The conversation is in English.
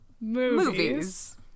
movies